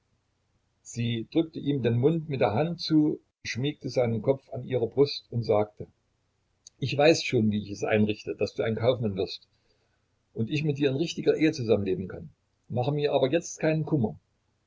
sie drückte ihm den mund mit der hand zu schmiegte seinen kopf an ihre brust und sagte ich weiß schon wie ich es einrichte daß du ein kaufmann wirst und ich mit dir in richtiger ehe zusammenleben kann mache mir aber jetzt keinen kummer